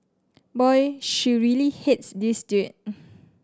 boy she really hates this dude